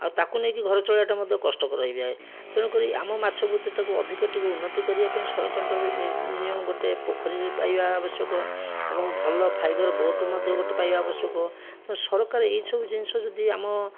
ଆଉ ତାକୁ ନେଇକି ଘର ଚଳାଇବାଟା ମଧ୍ୟ କଷ୍ଟକର ହୋଇଯାଏ ତେଣୁ କରି ଆମ ମାଛ ବୃତ୍ତିଟାକୁ ଅଧିକ ଟିକିଏ ଉନ୍ନତି କରିବା ପାଇଁ ସରକାରଙ୍କଠାରୁ ମିନିମମ୍ ଗୋଟେ ପୋଖରୀ ପାଇବା ଆବଶ୍ୟକ ଏବଂ ଭଲ ଫାଇବର୍ ବୋଟ୍ ମଧ୍ୟ ଗୋଟେ ପାଇବା ଆବଶ୍ୟକ ତ ସରକାର ଏଇସବୁ ଜିନିଷ ଯଦି ଆମ